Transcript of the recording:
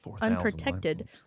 Unprotected